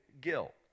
guilt